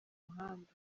muhanda